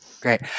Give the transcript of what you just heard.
Great